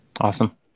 Awesome